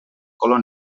color